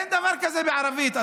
אין דבר כזה בערבית,